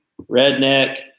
redneck